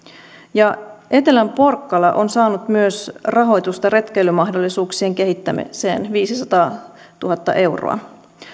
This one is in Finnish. ja myös etelän porkkala on saanut rahoitusta retkeilymahdollisuuksien kehittämiseen viisisataatuhatta euroa